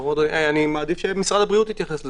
אני מעדיף שמשרד הבריאות יתייחס לזה.